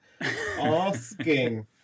Asking